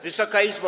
Wysoka Izbo!